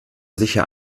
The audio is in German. sicher